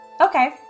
Okay